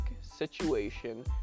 situation